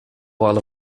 wall